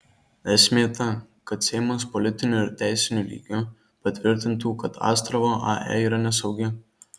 esmė ta kad seimas politiniu ir teisiniu lygiu patvirtintų kad astravo ae yra nesaugi